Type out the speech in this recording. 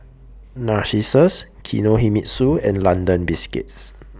Narcissus Kinohimitsu and London Biscuits